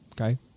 Okay